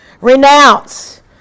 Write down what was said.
Renounce